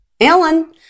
Ellen